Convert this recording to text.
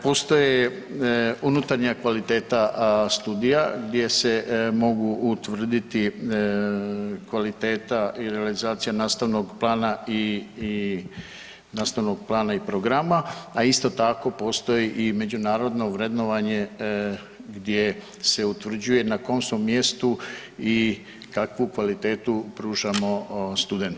Postoji unutarnja kvaliteta studija gdje se mogu utvrditi kvaliteta i realizacija nastavnog plana i, i, nastavnog plana i programa, a isto tako postoji i međunarodno vrednovanje gdje se utvrđuje na kom smo mjestu i kakvu kvalitetu pružamo studentima.